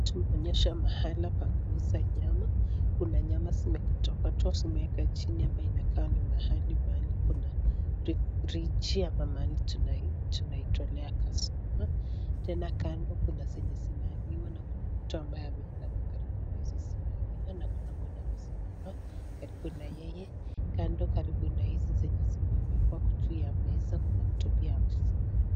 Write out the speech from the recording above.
Tunaonyeshwa mahala pa kuuza nyama. Kuna nyama zimekatwa katwa zimewekwa chini. Hapa inakaa ni mahali kuna friji hapa mahali tunaitolea kastoma. Tena kando kuna zenye zimehangiwa na kuna mtu ambaye amekaa karibu na hizi zimewekwa na kuna mwenye amesimama karibu na yeye. Kando karibu na hizi zimewekwa juu ya meza kuna mtu pia amesimama.